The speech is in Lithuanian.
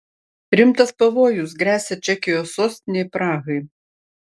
rimtas pavojus gresia čekijos sostinei prahai